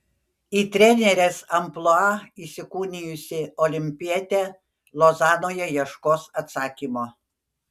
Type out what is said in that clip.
į trenerės amplua įsikūnijusi olimpietė lozanoje ieškos atsakymo